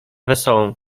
wesołą